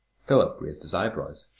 philip raised his eyebrows.